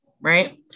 right